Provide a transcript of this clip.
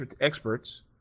experts